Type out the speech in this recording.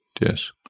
Yes